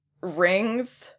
rings